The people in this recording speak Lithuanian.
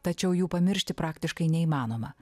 tačiau jų pamiršti praktiškai neįmanoma